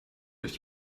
durch